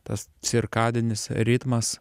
tas cirkadinis ritmas